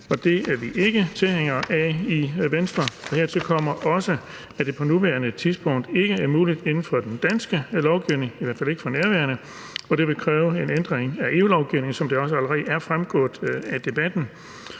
og det er vi ikke tilhængere af i Venstre. Og hertil kommer også, at det på nuværende tidspunkt ikke er muligt at indføre i den danske lovgivning, i hvert fald ikke for nærværende, for det vil kræve en ændring af EU-lovgivning, som det også allerede er fremgået af debatten.